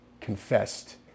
confessed